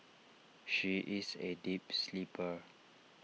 she is A deep sleeper